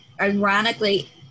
Ironically